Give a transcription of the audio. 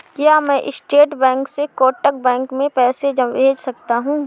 क्या मैं state bank से कोटक बैंक में पैसे भेज सकता हूँ?